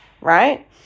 right